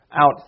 out